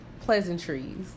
pleasantries